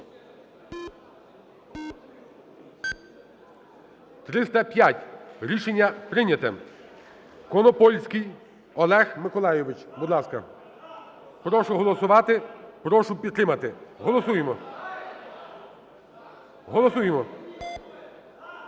За-305 Рішення прийнято. Конопольський Олег Миколайович. Будь ласка. Прошу голосувати, прошу підтримати. Голосуємо. Голосуємо.